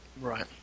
Right